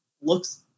looks